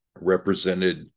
represented